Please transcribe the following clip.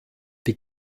die